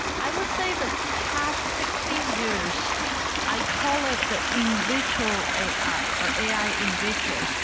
i would say the past sixty years i call it the individual ai or ai individual.